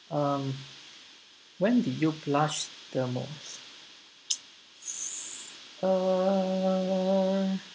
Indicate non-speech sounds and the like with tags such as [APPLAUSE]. um when did you blush the most [NOISE] uh